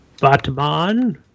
Batman